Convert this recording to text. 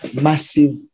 massive